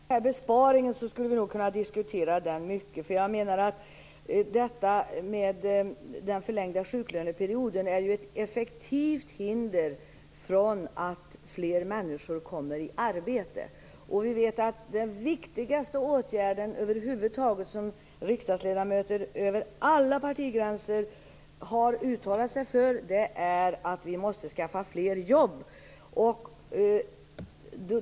Fru talman! Den besparingen skulle vi nog kunna diskutera mycket. Jag menar att den förlängda sjuklöneperioden är ett effektivt hinder för att fler människor kommer i arbete. Det viktigaste åtgärden över huvud taget som riksdagsledamöter över alla partigränser har uttalat sig för är att vi måste skaffa fram fler jobb.